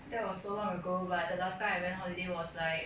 that was so long ago !wah! the last time I went holiday was like